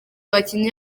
abakinnyi